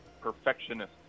perfectionist